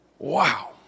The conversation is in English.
Wow